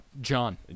John